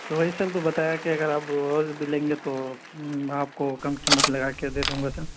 تو وہی سر تو بتایا کہ اگر آپ روز بھی لیں گے تو آپ کو کم قیمت لگا کے دے دوں گا سر